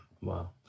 wow